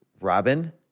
Robin